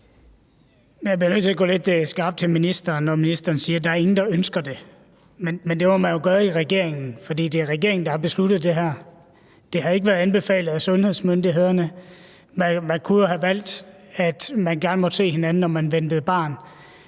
jeg bliver nødt til at gå lidt skarpt til ministeren, når ministeren siger, at der ikke er nogen, der ønsker det. Men det må man jo gøre i regeringen, for det er regeringen, der har besluttet det her. Det har ikke været anbefalet af sundhedsmyndighederne, og man kunne jo have valgt, at de gerne måtte se hinanden, når de ventede barn.